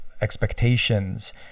expectations